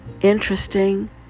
interesting